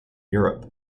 europe